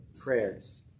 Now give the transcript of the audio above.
prayers